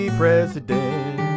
president